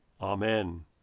Amen